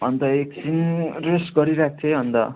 अन्त एकछिन रेस्ट गरिरहेको थिएँ अन्त